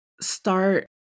start